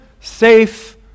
safe